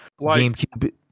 GameCube